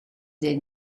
dei